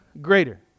greater